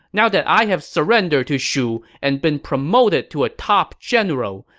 now that i have surrendered to shu and been promoted to a top general,